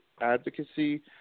advocacy